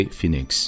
Phoenix